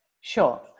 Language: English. Sure